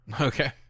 Okay